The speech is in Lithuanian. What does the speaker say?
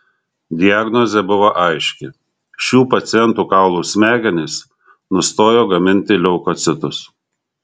diagnozė buvo aiški šių pacientų kaulų smegenys nustojo gaminti leukocitus